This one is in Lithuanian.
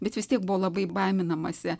bet vis tiek buvo labai baiminamasi